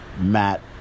Matt